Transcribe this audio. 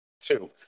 two